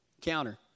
counter